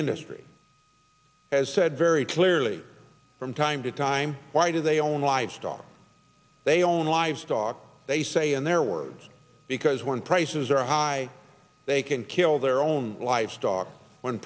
industry has said very clearly from time to time why do they own livestock they own lives stock they say in their words because when prices are high they can kill their own life stock when